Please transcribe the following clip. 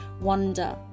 wonder